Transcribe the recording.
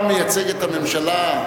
אתה מייצג את הממשלה.